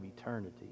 eternity